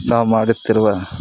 ನಾವು ಮಾಡುತ್ತಿರುವ